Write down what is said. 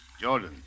Jordan